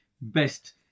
best